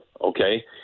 okay